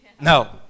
No